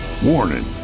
Warning